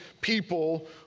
people